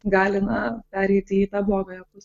gali na pereiti į tą blogąją pusę